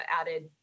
added